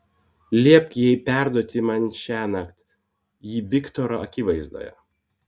liepk jai perduoti man šiąnakt jį viktoro akivaizdoje